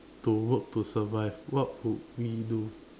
to work to survive what would we do